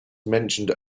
mentioned